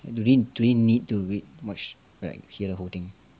do they do they need to read much like hear the whole thing